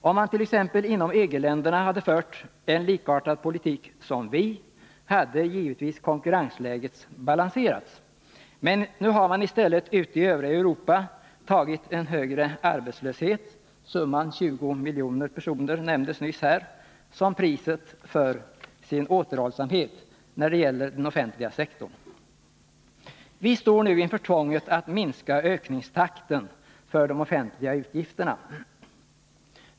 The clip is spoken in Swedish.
Om man t.ex. inom EG-länderna hade fört en likartad politik som vi, hade givetvis konkurrensläget balanserats. Men nu har man i stället ute i övriga Europa tagit en högre arbetslöshet — summan 20 miljoner personer nämndes nyss här — som priset för sin återhållsamhet när det gäller den offentliga sektorn. Vi står nu inför tvånget att minska ökningstakten för de offentliga utgifterna.